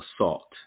assault